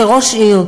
כראש עיר,